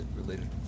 related